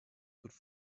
could